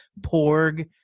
porg